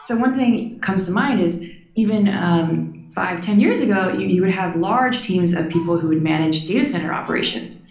so one thing comes to mind is even um five ten years ago, you you would have large teams of people who had managed data center operations,